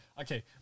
okay